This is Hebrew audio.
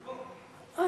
אני פה.